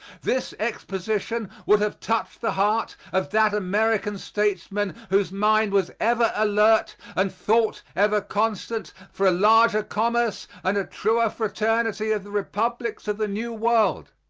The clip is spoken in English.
this exposition would have touched the heart of that american statesman whose mind was ever alert and thought ever constant for a larger commerce and a truer fraternity of the republics of the new world.